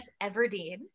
Everdeen